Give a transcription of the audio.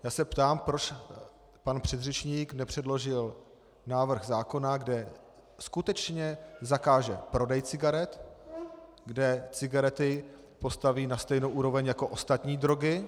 Já se ptám, proč pan předřečník nepředložil návrh zákona, kde skutečně zakáže prodej cigaret, kde cigarety postaví na stejnou úroveň jako ostatní drogy.